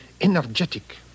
energetic